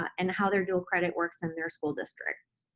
and how their dual credit works in their school districts.